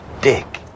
Dick